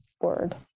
word